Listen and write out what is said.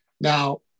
Now